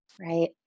right